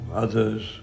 others